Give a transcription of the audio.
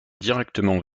directement